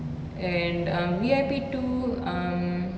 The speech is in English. and um V_I_P two um